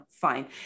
Fine